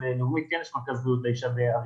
אז לקופת החולים לאומית כן יש מרכז בריאות האישה באריאל,